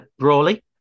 Brawley